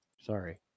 Sorry